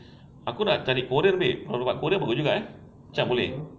aku nak cari korean babe kalau kat korea bagus juga eh macam boleh